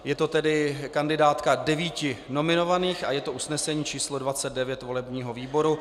Je to tedy kandidátka devíti nominovaných a je to usnesení číslo 29 volebního výboru.